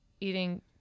eating –